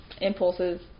impulses